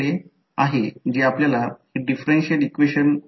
हे मार्गाने ते करू शकतो कृपया लक्षात ठेवा यासह चिन्ह कसे मिळवावे